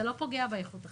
זה לא פוגע באיכות החיים,